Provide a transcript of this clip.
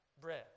bread